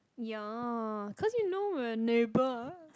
ya cause you know we're neighbour